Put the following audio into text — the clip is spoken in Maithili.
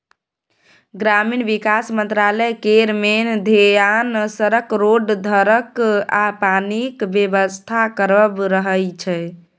ग्रामीण बिकास मंत्रालय केर मेन धेआन सड़क, रोड, घरक आ पानिक बेबस्था करब रहय छै